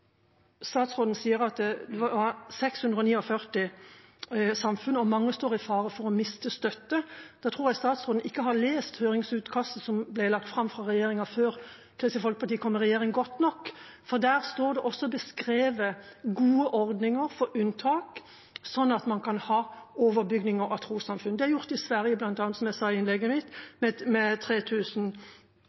mange står i fare for å miste støtte. Da tror jeg statsråden ikke har lest høringsutkastet som ble lagt fram for regjeringa før Kristelig Folkeparti kom i regjering, godt nok, for der står det også beskrevet gode ordninger for unntak, at man kan ha overbygning av trossamfunn. Det er bl.a. gjort i Sverige, som jeg sa i innlegget mitt,